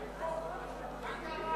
מה קרה?